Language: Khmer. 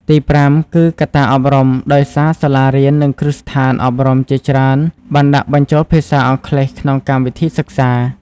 ទីប្រាំគឺកត្តាអប់រំ ដោយសាលារៀននិងគ្រឹះស្ថានអប់រំជាច្រើនបានដាក់បញ្ចូលភាសាអង់គ្លេសក្នុងកម្មវិធីសិក្សា។